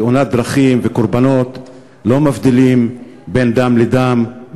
תאונות דרכים וקורבנות לא מבדילים בין דם לדם,